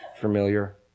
familiar